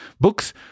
Books